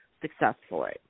successfully